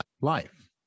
life